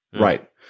Right